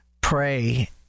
pray